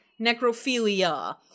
necrophilia